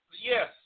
yes